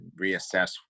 reassess